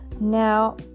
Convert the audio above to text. Now